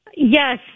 Yes